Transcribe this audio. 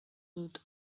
dut